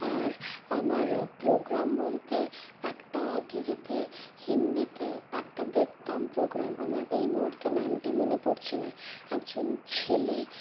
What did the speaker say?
আর আমার প্রোগ্রাম বলতে একটা টি ভিতে হিন্দিতে একটা দেখতাম প্রোগ্রাম আমার এই মুহূর্তে নামটি মনে পড়ছে না একজন ছেলে